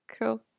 cool